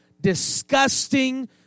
disgusting